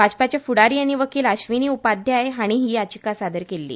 भाजपाचे फुडारी आनी वकील आश्विनी उपाध्याय हांणी ही याचीका सादर केल्ली